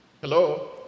Hello